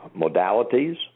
modalities